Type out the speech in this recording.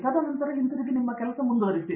ತದನಂತರ ಹಿಂತಿರುಗಿ